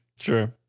Sure